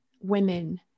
women